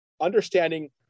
understanding